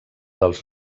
dels